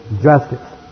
Justice